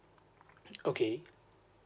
okay